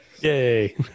Yay